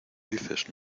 dices